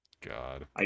God